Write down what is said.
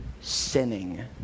sinning